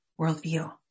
worldview